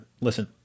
listen